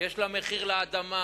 יש מחיר לאדמה